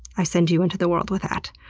i send you into the world with that.